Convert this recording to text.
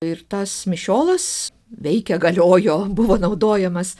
ir tas mišiolas veikė galiojo buvo naudojamas